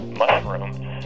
mushrooms